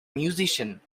musician